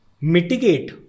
mitigate